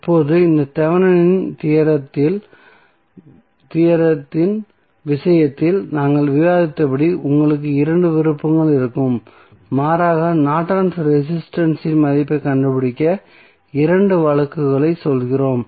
இப்போது இந்த தேவெனின்ஸ் தியோரத்தின் விஷயத்தில் நாங்கள் விவாதித்தபடி உங்களுக்கு இரண்டு விருப்பங்கள் இருக்கும் மாறாக நார்டன்ஸ் ரெசிஸ்டன்ஸ் இன் மதிப்பைக் கண்டுபிடிக்க இரண்டு வழக்குகளைச் சொல்கிறோம்